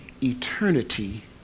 eternity